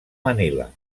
manila